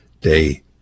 day